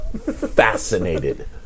fascinated